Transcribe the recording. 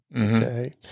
okay